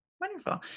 Wonderful